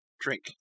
drink